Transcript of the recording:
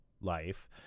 Life